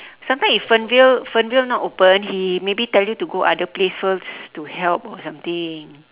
sometimes if fernvale fernvale not open he maybe tell you go other place to help or something